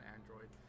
Android